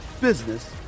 business